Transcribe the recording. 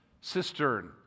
cistern